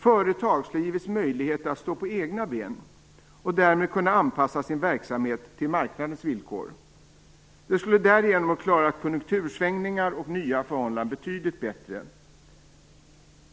Företag skulle ha givits möjligheter att stå på egna ben och därmed kunnat anpassa sin verksamhet till marknadens villkor. De skulle därigenom ha klarat konjunktursvängningar och nya förhållanden betydligt bättre.